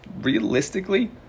realistically